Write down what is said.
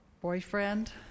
boyfriend